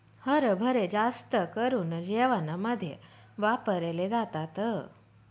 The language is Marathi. हरभरे जास्त करून जेवणामध्ये वापरले जातात